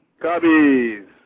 Cubbies